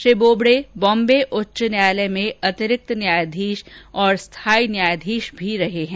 श्री बोबड़े बॉम्बे उच्च न्यायालय में अतिरिक्त न्यायाधीश और स्थायी न्यायाधीश भी रहे हैं